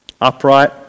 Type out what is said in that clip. upright